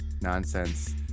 nonsense